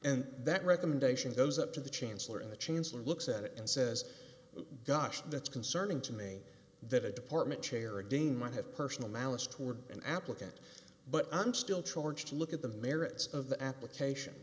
and that recommendation goes up to the chancellor in the chancellor looks at it and says gosh that's concerning to me that a department chair again might have personal malice toward an applicant but i'm still charged to look at the merits of the application